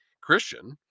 Christian